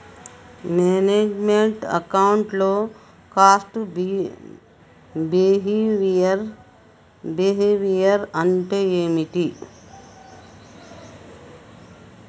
Manage meant account లో cost behaviour అంటే ఏమిటి?